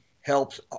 helps